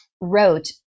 wrote